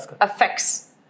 affects